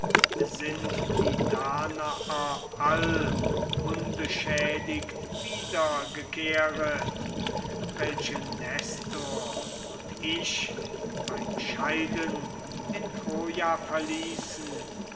sind die danaer all unbeschädigt wiedergekehret welche nestor und ich beim scheiden in troja verließen